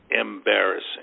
embarrassing